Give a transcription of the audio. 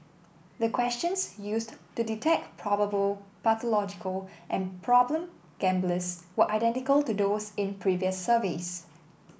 the questions used to detect probable pathological and problem gamblers were identical to those in previous surveys